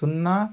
సున్నా